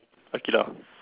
okay lah